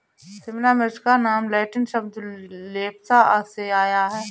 शिमला मिर्च का नाम लैटिन शब्द लेप्सा से आया है